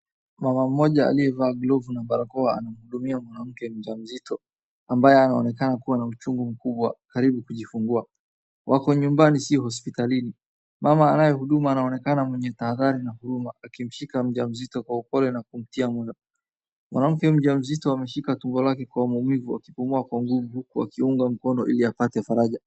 Mama moja aliyevaa glovu na barakoa anahudumia mwanamke mjamzito, ambaye anaonekana kuwa na uchungu mkubwa karibu kujifungua. Wako nyumbani sio hospitalini. Mama anayehudumu anaonekana mwenye tahadhari na huruma akimshika mjamzito kwa upole na kumtia moyo. Mwanamke mjamzito ameshika tumbo lake kwa maumivu akipumua kwa nguvu huku akiunga mkono ili apate faraja.